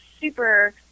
super